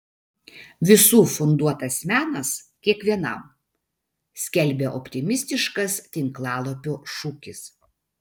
visų funduotas menas kiekvienam skelbia optimistiškas tinklalapio šūkis